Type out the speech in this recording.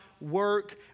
work